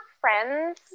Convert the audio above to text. friends